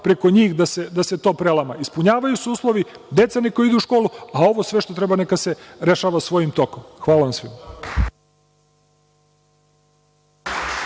preko njih da se to prelama. Ispunjavaju se uslovi, deca neka idu u školu, a sve što treba neka se dalje rešava svojim tokom. Hvala.